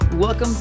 Welcome